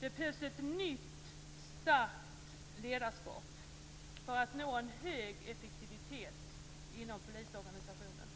Det behövs ett nytt starkt ledarskap för att nå en hög effektivitet inom polisorganisationen.